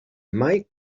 mai